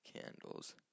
candles